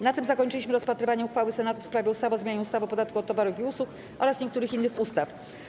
Na tym zakończyliśmy rozpatrywanie uchwały Senatu w sprawie ustawy o zmianie ustawy o podatku od towarów i usług oraz niektórych innych ustaw.